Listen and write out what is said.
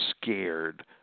scared